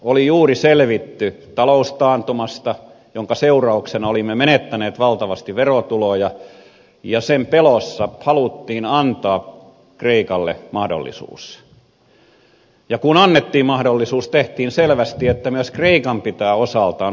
oli juuri selvitty taloustaantumasta jonka seurauksena olimme menettäneet valtavasti verotuloja ja sen pelossa haluttiin antaa kreikalle mahdollisuus ja kun annettiin mahdollisuus tehtiin selväksi että myös kreikan pitää osaltaan osallistua